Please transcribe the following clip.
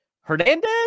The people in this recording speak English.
Hernandez